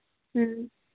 ᱦᱮᱸ